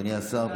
אדוני השר,